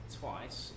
twice